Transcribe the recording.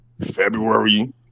February